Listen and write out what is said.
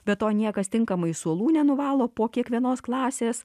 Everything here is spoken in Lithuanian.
be to niekas tinkamai suolų nenuvalo po kiekvienos klasės